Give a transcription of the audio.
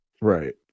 right